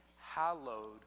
hallowed